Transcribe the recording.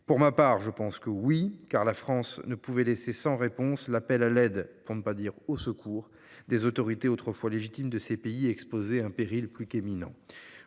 Pour ma part, je pense que oui, car la France ne pouvait laisser sans réponse l’appel à l’aide – pour ne pas dire l’appel au secours – des autorités autrefois légitimes de ces pays exposés à un péril plus qu’imminent.